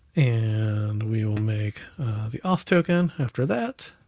and we will make the auth token after that.